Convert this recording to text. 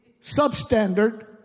substandard